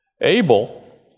Abel